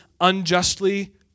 unjustly